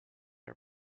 are